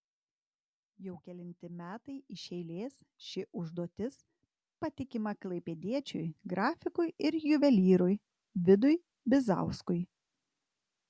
jau kelinti metai iš eilės ši užduotis patikima klaipėdiečiui grafikui ir juvelyrui vidui bizauskui